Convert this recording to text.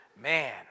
Man